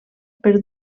per